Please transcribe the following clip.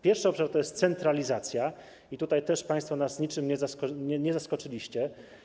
Pierwszy obszar to jest centralizacja i tutaj też państwo nas niczym nie zaskoczyliście.